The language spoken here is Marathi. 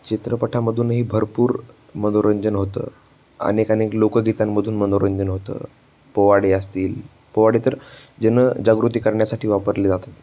चित्रपटामधूनही भरपूर मनोरंजन होतं अनेक अनेक लोकगीतांमधून मनोरंजन होतं पोवाडे असतील पोवाडे तर जनजागृती करण्यासाठी वापरले जातात